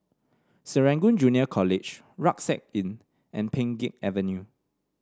Serangoon Junior College Rucksack Inn and Pheng Geck Avenue